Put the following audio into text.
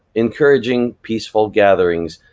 encouraging peaceful gatherings,